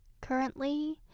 currently